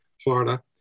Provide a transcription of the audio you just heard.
Florida